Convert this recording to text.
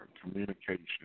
communication